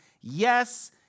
Yes